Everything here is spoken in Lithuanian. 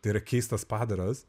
tai yra keistas padaras